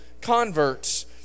converts